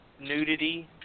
nudity